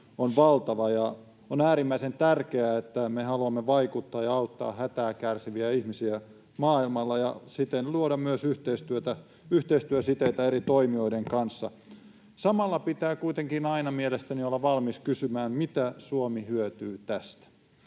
On äärimmäisen tärkeää, että me haluamme vaikuttaa ja auttaa hätää kärsiviä ihmisiä maailmalla ja siten luoda myös yhteistyösiteitä eri toimijoiden kanssa. Samalla pitää kuitenkin aina mielestäni olla valmis kysymään, mitä Suomi hyötyy tästä.